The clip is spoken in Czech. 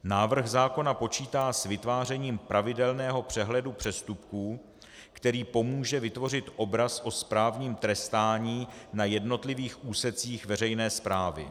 Návrh zákona počítá s vytvářením pravidelného přehledu přestupků, který pomůže vytvořit obraz o správním trestání na jednotlivých úsecích veřejné správy.